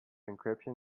encryption